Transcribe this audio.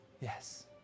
Yes